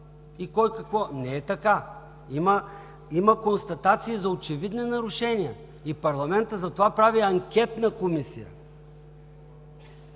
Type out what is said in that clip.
от ГЕРБ.) Не така! Има констатации за очевидни нарушения и парламентът затова прави анкетна комисия.